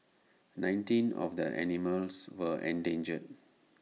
nineteen of the animals were endangered